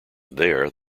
there